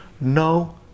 no